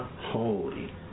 Holy